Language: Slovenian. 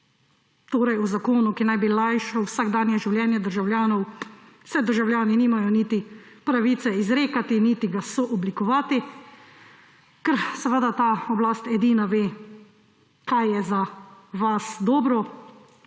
Saj v zakonu, ki naj bi lajšal vsakdanje življenje državljanov, se državljani nimajo niti pravice izrekati niti ga sooblikovati, ker ta oblast edina ve, kaj je za vas dobro,